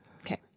Okay